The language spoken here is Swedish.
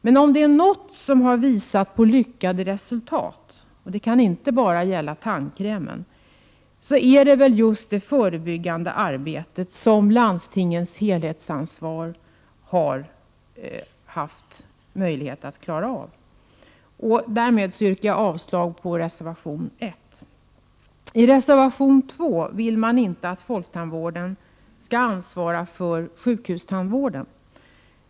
Och om det är något som visat på lyckade resultat — och det kan inte bara vara tandkrämen -— är det förebyggande arbete, som landstingen har helhetsanvaret för. Jag yrkar därmed avslag på reservation 1. I reservation 2 vill man inte att folktandvården skall ansvara för sjukhustandvården.